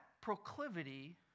proclivity